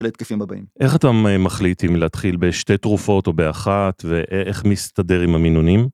להתקפים הבאים. איך אתה מחליט אם להתחיל בשתי תרופות או באחת, ואיך איך מסתדר עם המינונים?